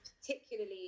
particularly